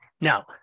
now